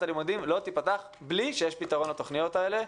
הלימודים לא תיפתח בלי שיש פתרון לתוכניות האלו.